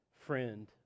friend